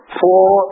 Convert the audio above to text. four